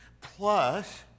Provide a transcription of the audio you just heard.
Plus